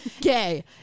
gay